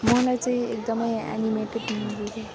मलाई चाहिँ एकदमै एनिमेटेड मुवी